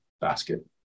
basket